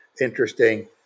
interesting